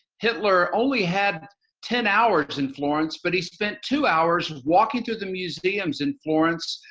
hitler only had ten hours in florence, but he spent two hours walking through the museums in florence,